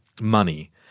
money